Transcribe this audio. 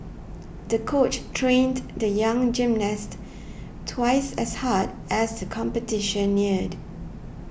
the coach trained the young gymnast twice as hard as the competition neared